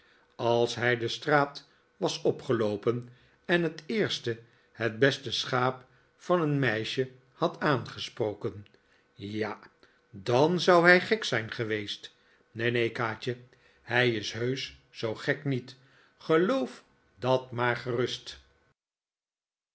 als hij de straat was opgeloopen en het eerste het beste schaap van een meisje had aangesproken ja dan zou hij gek zijn geweest neen neen kaatje hij is heusch zoo gek niet geloof dat maar gerust